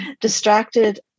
distracted